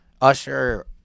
Usher